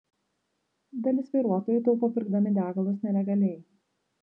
dalis vairuotojų taupo pirkdami degalus nelegaliai